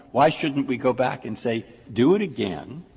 why shouldn't we go back and say do it again,